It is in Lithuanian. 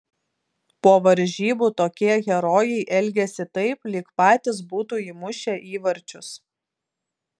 po varžybų tokie herojai elgiasi taip lyg patys būtų įmušę įvarčius